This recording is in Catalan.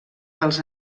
dels